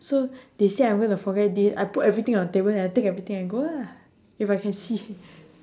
so they say I'm gonna forget it I put everything on the table then I take everything and go lah if I can see